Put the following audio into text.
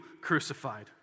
crucified